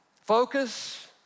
focus